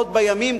עוד בימים,